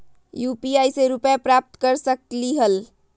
UPI से रुपए प्राप्त कर सकलीहल?